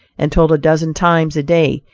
and told a dozen times a day,